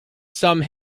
some